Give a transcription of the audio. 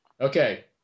Okay